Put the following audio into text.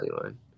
line